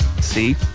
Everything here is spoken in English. See